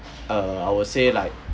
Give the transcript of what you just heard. err I will say like